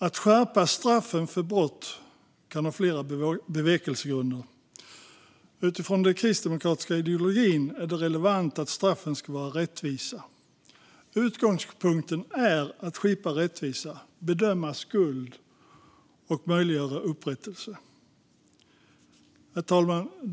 Att skärpa straffen för brott kan ha flera bevekelsegrunder. Utifrån den kristdemokratiska ideologin är det relevant att straffen ska vara rättvisa. Utgångspunkten är att skipa rättvisa, bedöma skuld och möjliggöra upprättelse. Herr talman!